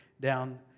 down